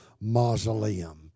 mausoleum